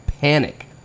panic